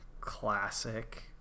Classic